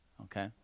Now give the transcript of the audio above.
Okay